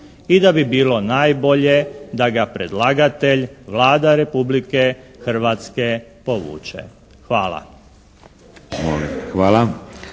i da bi bilo najbolje da ga predlagatelj Vlada Republike Hrvatske povuče. Hvala.